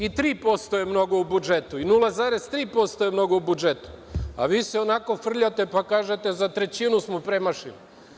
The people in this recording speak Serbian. I 3% je mnogo u budžetu, i 0,3% je mnogo u budžetu, a vi se onako frljate, pa kažete – za trećinu smo premašili.